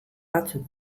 batzuk